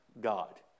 God